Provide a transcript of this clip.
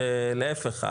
ולהיפך,